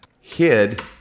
hid